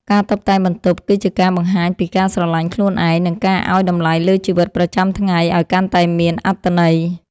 ការតុបតែងបន្ទប់គឺជាការបង្ហាញពីការស្រឡាញ់ខ្លួនឯង និងការឱ្យតម្លៃលើជីវិតប្រចាំថ្ងៃឱ្យកាន់តែមានអត្ថន័យ។